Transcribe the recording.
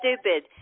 stupid